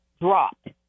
dropped